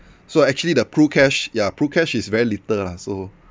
so actually the prucash yeah prucash is very little lah so